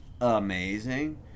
amazing